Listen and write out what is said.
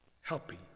Helping